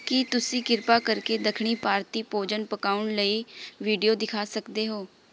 ਕੀ ਤੁਸੀਂ ਕਿਰਪਾ ਕਰਕੇ ਦੱਖਣੀ ਭਾਰਤੀ ਭੋਜਨ ਪਕਾਉਣ ਲਈ ਵੀਡੀਓ ਦਿਖਾ ਸਕਦੇ ਹੋ